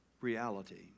reality